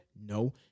No